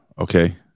Okay